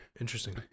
Interesting